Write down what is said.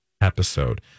episode